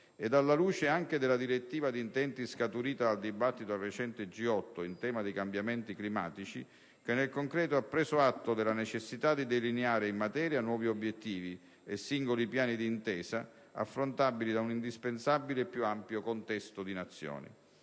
alla luce della direttiva di intenti scaturita dal dibattito al recente G8 in tema di cambiamenti climatici, che nel concreto ha preso atto della necessità di delineare in materia nuovi obiettivi e singoli piani d'intesa affrontabili da un indispensabile più ampio contesto di Nazioni.